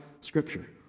Scripture